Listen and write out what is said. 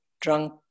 drunk